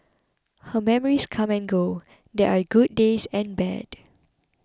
her memories come and go and there are good days and bad